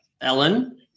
Ellen